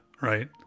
right